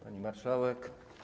Pani Marszałek!